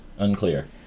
unclear